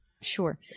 Sure